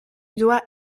doit